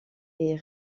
ait